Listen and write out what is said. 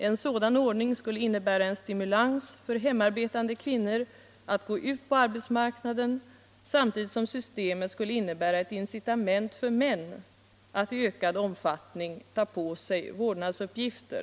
En sådan ordning skulle utgöra en stimulans för hemarbetande kvinnor att gå ut på arbetsmarknaden, samtidigt som systemet skulle innebära ett incitament för män att i ökad omfattning ta på sig vårdnadsuppgifter.